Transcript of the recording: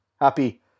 happy